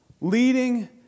Leading